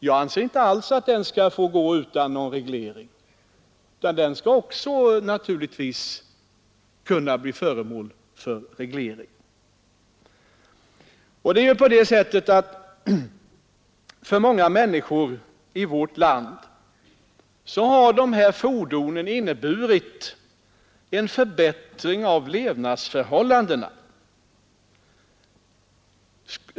Jag anser inte alls att den skall få gå utan någon reglering, utan den skall naturligtvis också kunna bli föremål för reglering. För många människor i vårt land har dessa fordon inneburit en förbättring av levnadsförhållandena.